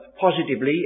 positively